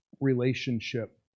relationship